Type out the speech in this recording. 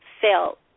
felt